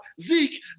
Zeke